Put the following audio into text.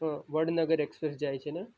હા વડનગર એક્સપ્રેસ જાય છે ને